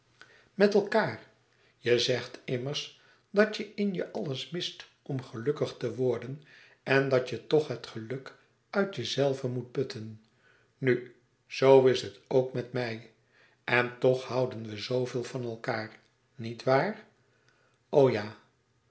met elkaâr je zegt immers dat je in je alles mist om gelukkig te worden en dat je toch het geluk uit jezelven moet putten nu zoo is het ook met mij en toch houden we zooveel van elkaâr nietwaar o ja